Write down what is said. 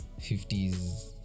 50s